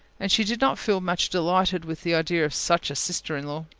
and she did not feel much delighted with the idea of such a sister-in-law.